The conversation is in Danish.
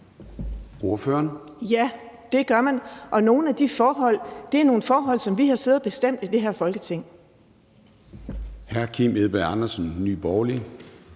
Vind (S): Ja, det gør man, og nogle af de forhold er nogle forhold, som vi har siddet og bestemt i det her Folketing. Kl. 10:36 Formanden (Søren